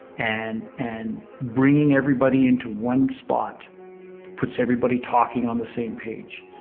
and and bringing everybody into one spot puts everybody talking on the same page.